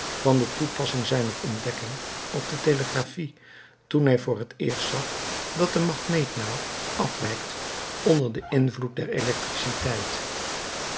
van de toepassing zijner ontdekking op de telegraphie toen hij voor het eerst zag dat de magneetnaald afwijkt onder den invloed der elektriciteit